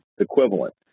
equivalent